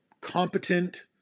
competent